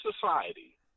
society